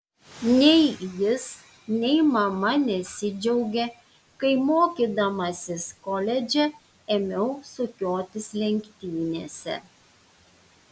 nei jis nei mama nesidžiaugė kai mokydamasis koledže ėmiau sukiotis lenktynėse